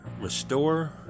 Restore